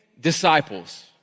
disciples